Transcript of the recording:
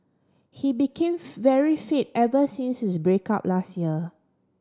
he became very fit ever since his break up last year